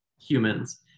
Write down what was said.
humans